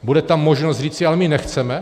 Bude tam možnost říci, ale my nechceme?